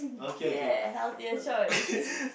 yeah healthier choice